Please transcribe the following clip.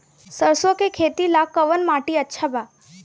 सरसों के खेती ला कवन माटी अच्छा बा?